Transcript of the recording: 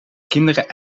kinderen